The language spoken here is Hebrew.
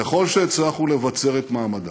ככל שהצלחנו לבצר את מעמדה,